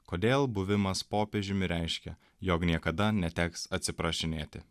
kodėl buvimas popiežiumi reiškia jog niekada neteks atsiprašinėti